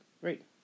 great